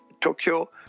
Tokyo